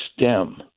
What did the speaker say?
stem